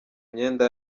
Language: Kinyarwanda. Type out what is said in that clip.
imyenda